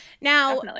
Now